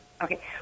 Okay